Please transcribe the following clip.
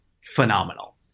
phenomenal